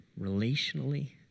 relationally